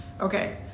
Okay